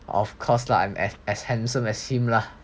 of course lah I'm as as handsome as him lah